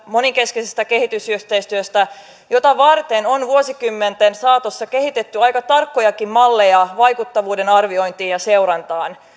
monenkeskisestä kehitysyhteistyöstä jota varten on vuosikymmenten saatossa kehitetty aika tarkkojakin malleja vaikuttavuuden arviointiin ja seurantaan